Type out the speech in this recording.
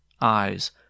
eyes